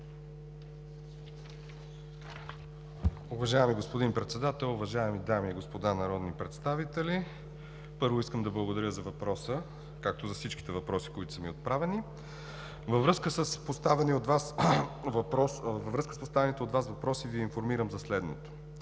Във връзка с поставените от Вас въпроси Ви информирам за следното.